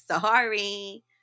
Sorry